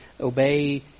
obey